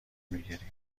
میگیریم